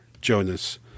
Jonas